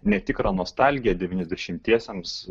netikrą nostalgiją devyniasdešimtiesiems